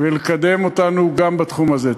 ולקדם אותנו גם בתחום הזה.